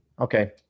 Okay